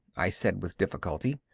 i said with difficulty,